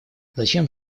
зачем